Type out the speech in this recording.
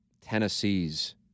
Tennessee's